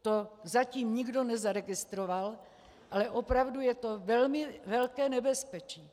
To zatím nikdo nezaregistroval, ale opravdu je to velmi velké nebezpečí.